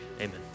Amen